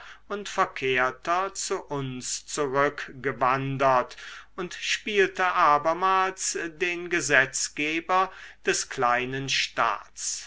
und verkehrter zu uns zurückgewandert und spielte abermals den gesetzgeber des kleinen staats